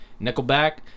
nickelback